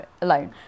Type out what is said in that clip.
alone